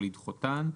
או לדחותן,